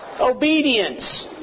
Obedience